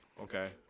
Okay